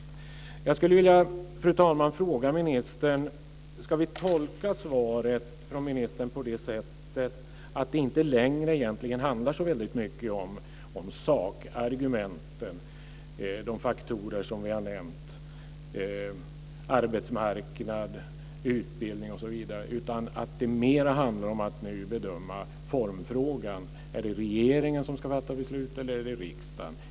Jag skulle vilja fråga ministern om vi ska tolka ministerns svar så att det inte längre handlar så mycket om sakargumenten, de faktorer vi har nämnt, arbetsmarknad, utbildning osv., utan att det mera handlar om att bedöma formfrågan. Är det regeringen som ska fatta beslut eller riksdagen?